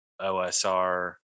OSR